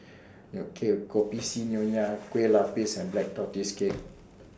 Kopi C Nonya Kueh Lapis and Black Tortoise Cake